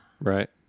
right